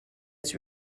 its